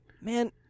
man